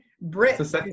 Brit